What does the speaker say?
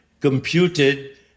computed